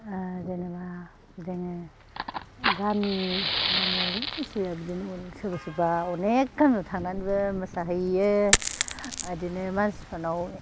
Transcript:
जेनोबा जोङो गामि गामियावल' मोसाया बिदिनो सोरबा सोरबा अनेक गामियाव थांनानैबो मोसाहैयो ओरैनो मानसिफोरनाव